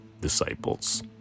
disciples